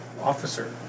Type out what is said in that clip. officer